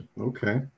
okay